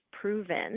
proven